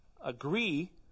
agree